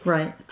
Right